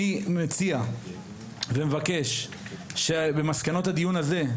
אני מציע ומבקש שבמסקנות הדיון הזה,